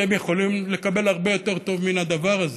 אתם יכולים לקבל הרבה יותר טוב מן הדבר הזה.